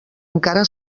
encara